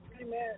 Amen